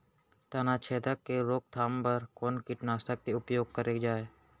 तनाछेदक के रोकथाम बर कोन कीटनाशक के उपयोग करे जाये?